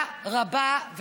תודה רבה,